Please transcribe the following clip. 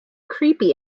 creepy